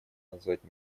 назвать